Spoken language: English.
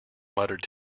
muttered